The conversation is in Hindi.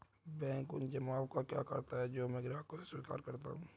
बैंक उन जमाव का क्या करता है जो मैं ग्राहकों से स्वीकार करता हूँ?